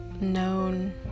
known